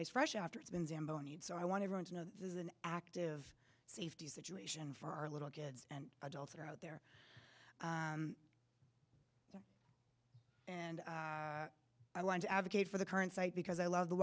ice fresh after it's been zamboni and so i want everyone to know this is an active safety situation for our little kids and adults that are out there and i want to advocate for the current site because i love the